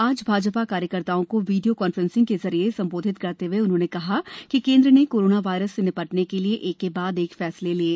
आज भाजपा कार्यकर्ताओं को वीडियो कांफ्रेंसिंग के जरिये संबोधित करते हए उन्होंने कहा कि केन्द्र ने कोरोना वायरस से निपटने के लिए एक के बाद एक फैसले लिये